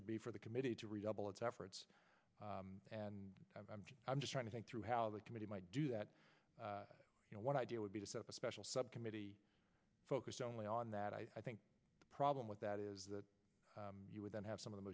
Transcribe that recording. would be for the committee to redouble its efforts and i'm just trying to think through how the committee might do that you know one idea would be to set up a special subcommittee focused only on that i think the problem with that is that you would then have some of the